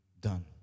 done